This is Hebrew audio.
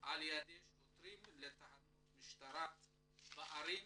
על ידי שוטרים בתחנות משטרה בערים